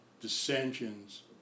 dissensions